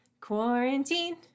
quarantine